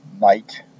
night